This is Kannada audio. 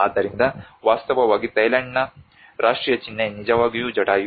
ಆದ್ದರಿಂದ ವಾಸ್ತವವಾಗಿ ಥೈಲ್ಯಾಂಡ್ನ ರಾಷ್ಟ್ರೀಯ ಚಿಹ್ನೆ ನಿಜವಾಗಿಯೂ ಜಟಾಯು